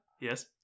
Yes